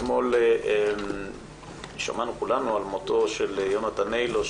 אתמול שמענו כולנו על מותו של יונתן היילו,